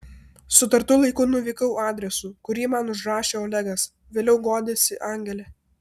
sutartu laiku nuvykau adresu kurį man užrašė olegas vėliau guodėsi angelė